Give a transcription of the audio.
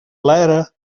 letter